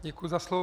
Děkuji za slovo.